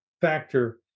factor